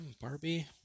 Barbie